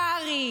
קרעי